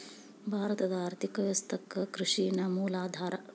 ಭಾರತದ್ ಆರ್ಥಿಕ ವ್ಯವಸ್ಥಾಕ್ಕ ಕೃಷಿ ನ ಮೂಲ ಆಧಾರಾ